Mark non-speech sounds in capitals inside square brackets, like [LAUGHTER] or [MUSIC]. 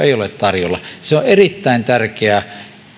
[UNINTELLIGIBLE] ei ole tarjolla on erittäin tärkeä